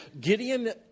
Gideon